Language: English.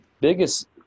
biggest